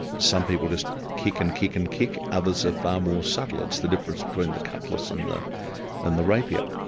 some people just kick and kick and kick, others are far more subtle, it's the difference between the cutlass and the and the rapier.